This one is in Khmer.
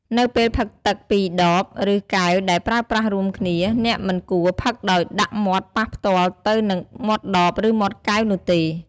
នៅពេលផឹកទឹកពីដប ឬកែវដែលប្រើប្រាស់រួមគ្នា អ្នកមិនគួរផឹកដោយដាក់មាត់ប៉ះផ្ទាល់ទៅនឹងមាត់ដប ឬមាត់កែវនោះទេ។